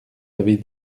avez